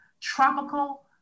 tropical